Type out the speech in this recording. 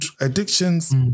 Addictions